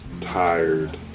tired